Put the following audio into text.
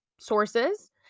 sources